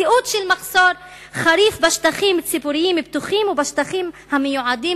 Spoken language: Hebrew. מציאות של מחסור חריף בשטחים ציבוריים פתוחים ובשטחים המיועדים